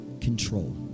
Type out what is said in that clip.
control